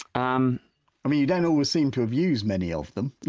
um i mean you don't always seemed to have used many of them,